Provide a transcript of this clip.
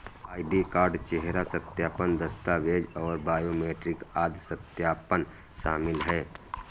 ID card, चेहरा सत्यापन, दस्तावेज़ और बायोमेट्रिक आदि सत्यापन शामिल हैं